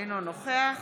אינו נוכח